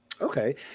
Okay